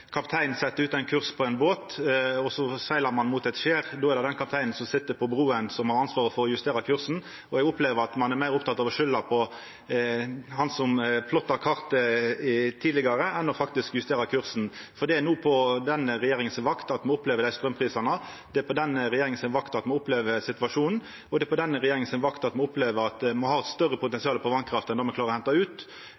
kaptein på ein båt set ut ein kurs, og så siglar ein mot eit skjer. Då er det den kapteinen som sit på brua, som har ansvaret for å justera kursen. Eg opplever at ein er meir oppteken av å skulda på han som plotta inn kursen på kartet tidlegare, enn av faktisk å justera kursen. Det er no, på denne regjeringa si vakt, me opplever desse straumprisane, det er på denne regjeringa si vakt me opplever denne situasjonen, og det er på denne regjeringa si vakt me opplever at me har eit større